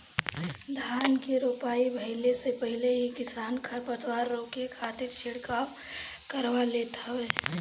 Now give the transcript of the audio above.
धान के रोपाई भइला से पहिले ही किसान खरपतवार रोके खातिर छिड़काव करवा लेत हवे